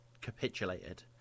capitulated